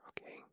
okay